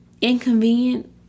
inconvenient